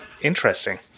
Interesting